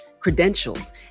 credentials